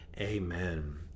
Amen